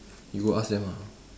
you got ask them ah